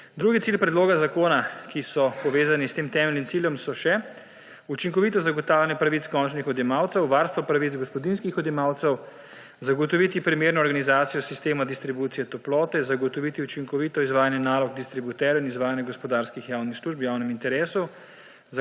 Drugi cilji predloga zakona, ki so povezani s tem temeljnim ciljem, so še: učinkovito zagotavljanje pravic končnih odjemalcev, varstvo pravic gospodinjskih odjemalcev, zagotoviti primerno organizacijo sistema distribucije toplote, zagotoviti učinkovito izvajanje nalog distributerjev in izvajanje gospodarskih javnih služb v javnem interesu,